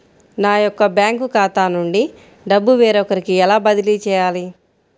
నా యొక్క బ్యాంకు ఖాతా నుండి డబ్బు వేరొకరికి ఎలా బదిలీ చేయాలి?